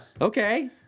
Okay